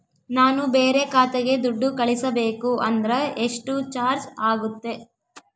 ನಾನು ಬೇರೆ ಖಾತೆಗೆ ದುಡ್ಡು ಕಳಿಸಬೇಕು ಅಂದ್ರ ಎಷ್ಟು ಚಾರ್ಜ್ ಆಗುತ್ತೆ?